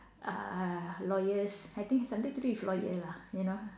uh lawyers I think something to do with the lawyer lah you know